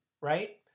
right